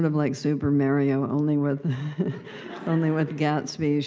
um like super mario, only with only with gatsby,